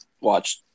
watch